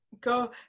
go